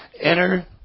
Enter